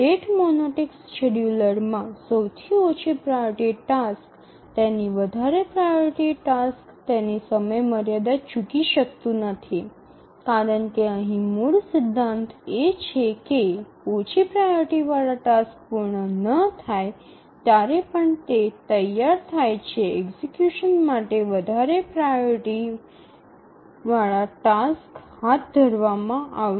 rate monotonic શેડ્યુલરમાં સૌથી ઓછી પ્રાઓરિટી ટાસ્ક તેની વધારે પ્રાઓરિટી ટાસ્ક તેની સમયમર્યાદા ચૂકી શકતું નથી કારણ કે અહીં મૂળ સિદ્ધાંત એ છે કે ઓછી પ્રાઓરિટી વાળા ટાસ્ક પૂર્ણ ન થાય ત્યારે પણ તે તૈયાર થાય ત્યારે એક્ઝિકયુશન માટે વધારે પ્રાઓરિટી વાળા ટાસ્ક હાથ ધરવામાં આવશે